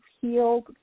healed